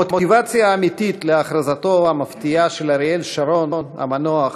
המוטיבציה האמיתית להכרזתו המפתיעה של אריאל שרון המנוח